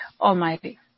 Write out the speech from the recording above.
Almighty